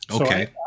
Okay